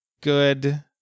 good